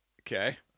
Okay